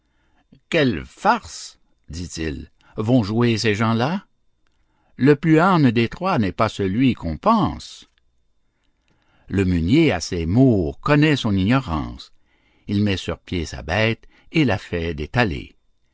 quelle farce dit-il vont jouer ces gens-là le plus âne des trois n'est pas celui qu'on pense le meunier à ces mots connaît son ignorance il met sur pieds sa bête et la fait détaler